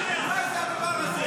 מה זה הדבר הזה?